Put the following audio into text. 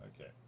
Okay